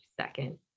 second